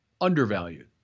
undervalued